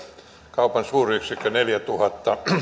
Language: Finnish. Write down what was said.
kaupan suuryksikkö neljätuhatta